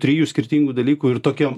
trijų skirtingų dalykų ir tokio